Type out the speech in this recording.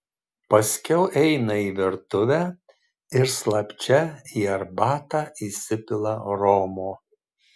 paskiau eina į virtuvę ir slapčia į arbatą įsipila romo